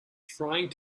trying